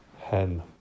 hen